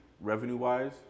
revenue-wise